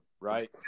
right